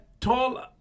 tall